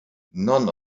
none